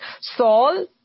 Saul